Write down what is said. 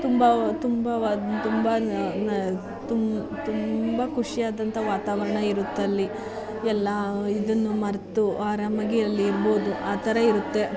ತುಂಬ ತುಂಬ ವಾ ತುಂಬ ತುಂಬ ಖುಷಿ ಆದಂಥ ವಾತಾವರಣ ಇರುತ್ತಲ್ಲಿ ಎಲ್ಲ ಇದನ್ನು ಮರೆತು ಆರಾಮಾಗಿ ಅಲ್ಲಿ ಇರ್ಬೋದು ಆ ಥರ ಇರುತ್ತೆ